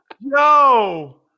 no